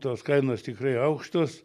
tos kainos tikrai aukštos